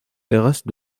terrasse